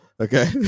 Okay